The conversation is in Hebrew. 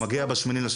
הוא מגיע ב-8.3.